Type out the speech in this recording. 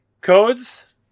Codes